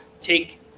take